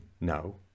no